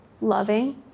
loving